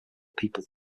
people